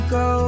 go